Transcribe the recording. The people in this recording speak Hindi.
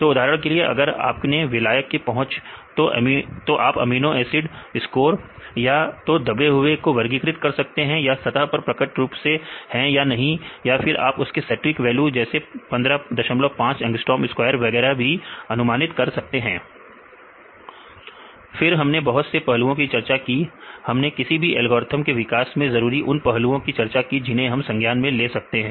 दो उदाहरण के लिए अगर आपने विलायक की पहुंच तो आप अमीनो एसिड स्कोर या तो दबे हुए में वर्गीकृत कर सकते हैं या सतह पर प्रकट रूप में या फिर आप उसकी सटीक वैल्यू जैसे 155 अंगस्ट्रोम स्क्वायर वगैरह भी अनुमानित कर सकते हैं